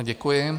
Děkuji.